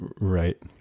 right